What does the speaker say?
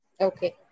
Okay